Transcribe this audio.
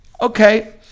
okay